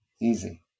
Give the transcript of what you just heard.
Easy